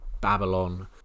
Babylon